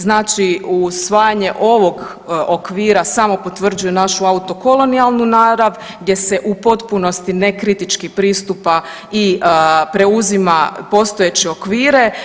Znači usvajanje ovog okvira samo potvrđuje našu autokolonijalnu narav gdje se u potpunosti nekritički pristupa i preuzima postojeće okvire.